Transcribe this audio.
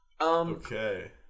Okay